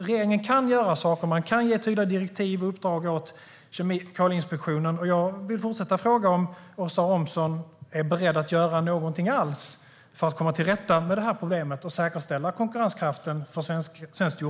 Regeringen kan göra saker - man kan ge tydliga direktiv och uppdrag till Kemikalieinspektionen - och jag vill fortsätta fråga om Åsa Romson är beredd att göra någonting alls för att komma till rätta med problemet och säkerställa konkurrenskraften för svenskt jordbruk.